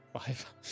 Five